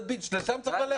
לשם צריך ללכת.